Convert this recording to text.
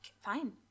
Fine